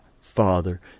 Father